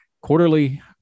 quarterly